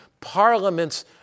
parliaments